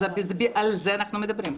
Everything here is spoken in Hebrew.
על זה אנחנו מדברים.